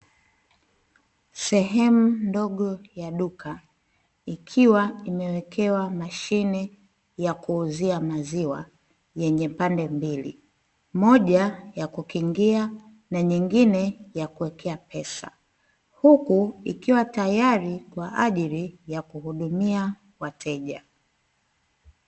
Sehemu ndogo ya duka ikiwa imewekewa mashine ya kuuzia maziwa yenye pande mbili, moja ya kukingia na nyingine ya kuekea pesa, huku ikiwa tayari kwa ajili ya kuhudumia wateja.